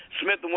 Smith &